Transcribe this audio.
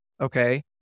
okay